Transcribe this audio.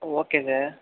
okay sir